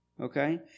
Okay